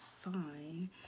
fine